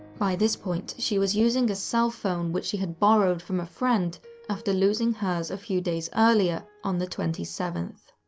by this point, she was using a cellphone which she had borrowed from a friend after losing hers a few days earlier, on the twenty seventh.